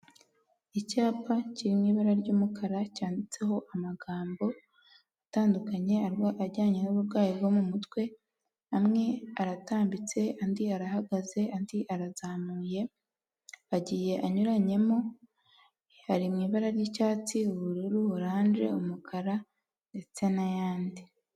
Icyapa kiri mu ibara ry'umukara cyanditseho amagambo atandukanye ajyanye n'uburwayi bwo mu mutwe, amwe aratambitse andi arahagaze andi arazamuye agiye anyuranyemo, ari mu ibara ry'icyatsi, ubururu, oranje, umukara ndetse n'ayandi.